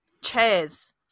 chairs